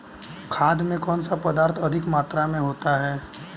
खाद में कौन सा पदार्थ अधिक मात्रा में होता है?